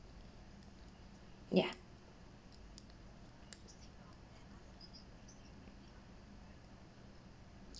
yeah